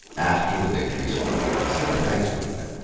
after the victories won by the civil rights movement.